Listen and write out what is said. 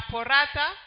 Porata